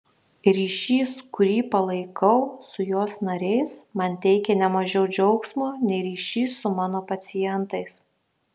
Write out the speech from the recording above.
ryšys kurį palaikau su jos nariais man teikia ne mažiau džiaugsmo nei ryšys su mano pacientais